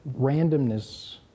randomness